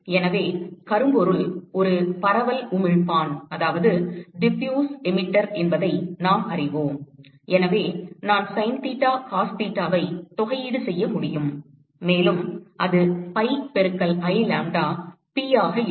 எனவே கரும்பொருள் ஒரு பரவல் உமிழ்ப்பான் என்பதை நாம் அறிவோம் எனவே நான் சைன் தீட்டா காஸ் தீட்டாவை தொகையீடு செய்ய முடியும் மேலும் அது pi பெருக்கல் I லாம்ப்டா p ஆக இருக்கும்